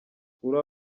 kuri